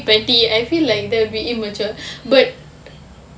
petty I feel like that a bit immature but